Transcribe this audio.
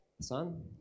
son